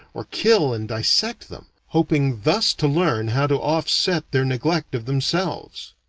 or kill and dissect them, hoping thus to learn how to offset their neglect of themselves.